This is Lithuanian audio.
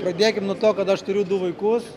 pradėkim nuo to kad aš turiu du vaikus